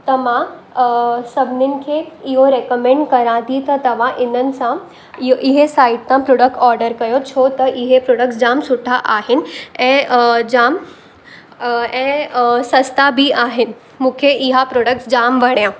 त मां सभिनीनि खे इहो रिकमैंड कयां थी त तव्हां इन्हनि सां इहे साइट तां प्रोडक्ट ऑर्डर कयो छो त इहे प्रोडक्ट्स जाम सुठा आहिनि ऐं अ जाम अ ऐं अ सस्ता बि आहिनि मूंखे इहा प्रोडक्ट्स जाम वणिया